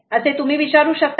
असे तुम्ही विचारू शकतात